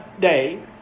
day